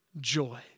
joy